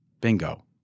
bingo